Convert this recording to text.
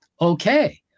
okay